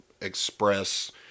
express